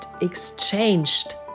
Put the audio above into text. exchanged